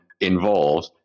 involved